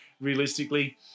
realistically